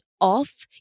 off